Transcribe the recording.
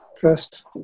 first